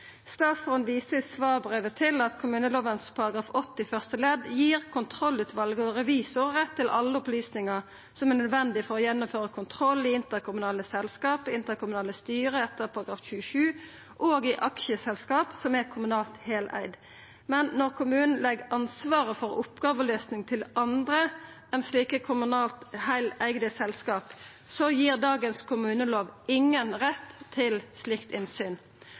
Statsråden viser i svarbrevet til at kommunelova § 80 første ledd gir kontrollutvalet og revisor rett til alle opplysningar som er nødvendige for å gjennomføra kontroll i interkommunale selskap, interkommunale styre etter § 27 og i aksjeselskap som er kommunalt heileigde. Men når kommunen legg ansvaret for oppgåveløysing til andre enn slike kommunalt heileigde selskap, gir kommunelova i dag ingen rett til slikt innsyn.